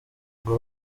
ngo